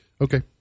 okay